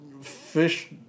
Fish